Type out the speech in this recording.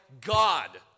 God